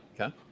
okay